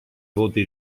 voti